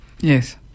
Yes